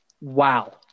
Wow